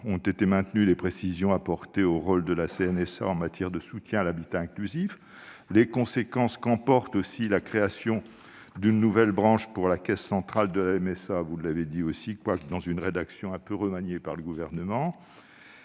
Ont été maintenues les précisions apportées au rôle de la CNSA en matière de soutien à l'habitat inclusif, les conséquences qu'implique la création d'une nouvelle branche pour la caisse centrale de la MSA, dans une rédaction un peu remaniée par le Gouvernement,